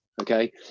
Okay